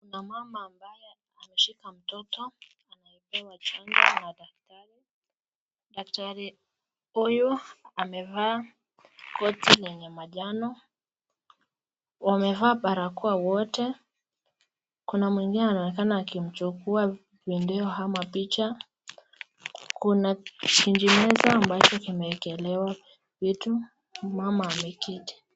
Kuna mama ambaye anamshika mtoto, anayepewa chanjo na daktari. Daktari huyu amevaa koti lenye manjano. Wamevaa barakoa wote, kuna mwingine anaonekana akimchukua video ama picha, kuna kijimeza ambayo imewekelewa vitu, mama ameketi.